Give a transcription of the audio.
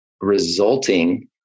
resulting